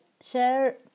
share